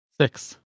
six